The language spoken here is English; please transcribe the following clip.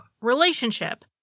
relationship